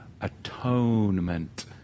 atonement